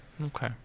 Okay